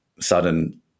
sudden